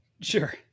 Sure